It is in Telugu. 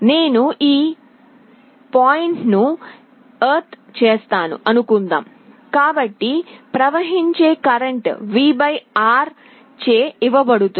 నేను ఈ పాయింట్ను ఎర్త్ చేసాను అనుకుందాం కాబట్టి ప్రవహించే కరెంట్ V R చే ఇవ్వబడుతుంది